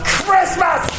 Christmas